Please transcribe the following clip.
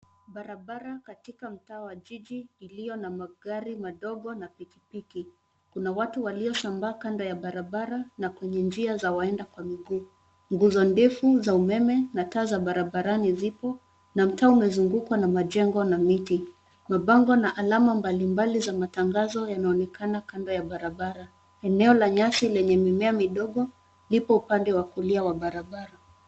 Barabara katika mtaa wa jiji iliyo na magari madogo na pikipiki. Kuna watu waliosambaa kando ya barabara na kwenye njia za waenda kwa miguu. Nguzo ndefu za umeme na taa za barabarani zipo na mtaa umezungukwa na majengo na miti. Mabango na alama mbalimbali za matangazo yanaonekana kando ya barabara. Eneo la nyasi lenye mimea midogo lipo upande wa kulia wa barabara.